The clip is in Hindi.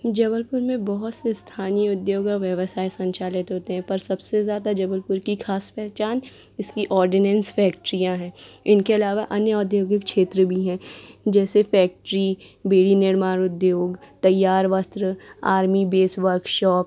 जबलपुर में बहुत से स्थानीय उद्योग और व्यवसाय संचालित होते हैं पर सबसे ज़्यादा जबलपुर की खास पहचान इसकी ऑर्डिनेन्स फ़ैक्ट्रियां हैं इनके अलावा अन्य औद्योगिक क्षेत्र भी हैं जैसे फ़ेक्ट्री बीड़ी निर्माण उद्योग तैयार वस्त्र आर्मी बेस वर्कशॉप